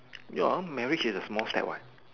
ya marriage is a small step what